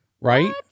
right